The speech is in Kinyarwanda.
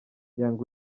young